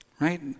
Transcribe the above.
right